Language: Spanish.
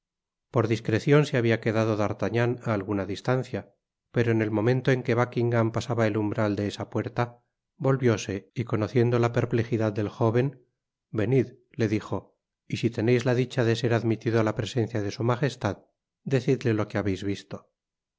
por discrecion se habia quedado d'artagnan á alguna distancia pero en el momento en que buckingam pasaba el umbral de esa puerta volvióse y conociendo la perplexidad del jóven venid le dijo y si teneis la dicha de ser admitido á la presencia de su majestad decidle lo que habeis visto